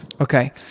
Okay